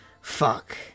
Fuck